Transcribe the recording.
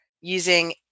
using